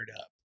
up